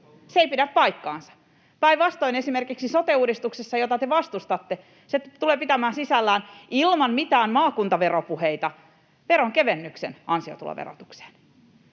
Se ei pidä paikkaansa. Päinvastoin esimerkiksi sote-uudistus, jota te vastustatte, tulee pitämään sisällään — ilman mitään maakuntaveropuheita — veronkevennyksen ansiotuloverotukseen.